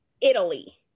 Italy